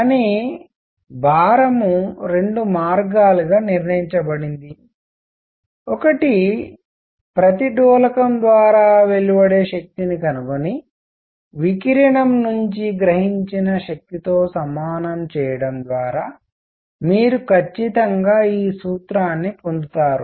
కానీ భారం రెండు మార్గాలుగా నిర్ణయించబడింది ఒకటి ప్రతి డోలకం ద్వారా వెలువడే శక్తిని కనుగొని వికిరణం నుండి గ్రహించిన శక్తితో సమానం చేయడం ద్వారా మీరు ఖచ్చితంగా ఈ సూత్రాన్ని పొందుతారు